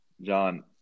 John